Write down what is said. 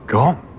Gone